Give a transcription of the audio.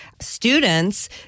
students